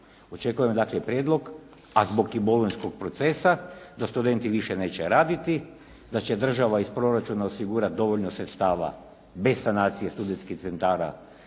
Očekujem dakle prijedlog a i zbog bolonjskog procesa da studenti više neće raditi, da će država iz proračuna osigurati dovoljno sredstava bez sanacije studentskih centara